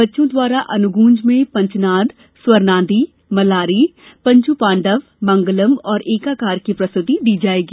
बच्चों द्वारा अनुगूँज में पंचनाद स्वर नांदी मल्लारी पंचु पाण्डव मंगलम एवं एकाकार की प्रस्तुति दी जायेगी